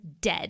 dead